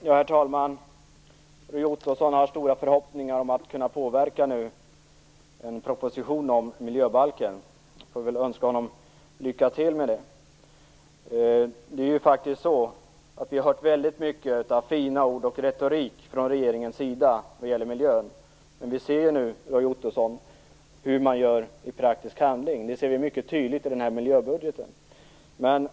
Herr talman! Roy Ottosson har stora förhoppningar om att kunna påverka en proposition om miljöbalken. Jag får väl önska honom lycka till med det. Vi har ju hört mycket av fina ord och retorik från regeringens sida om miljön. Men vi ser nu, Roy Ottosson, hur man gör i praktisk handling. Det framgår mycket tydligt av den här miljöbudgeten.